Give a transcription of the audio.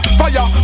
fire